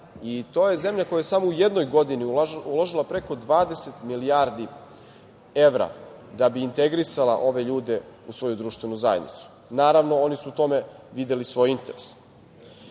To je zemlja koja je samo u jednoj godini uložila preko 20 milijardi evra da bi integrisala ove ljude u svoju društvenu zajednicu. Naravno, oni su u tome videli svoj interes.